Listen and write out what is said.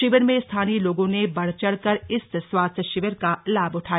शिविर में स्थानीय लोगों ने बढ चढ कर इस स्वास्थ्य शिविर का लाभ उठाया